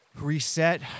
Reset